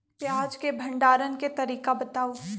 प्याज के भंडारण के तरीका बताऊ?